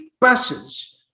buses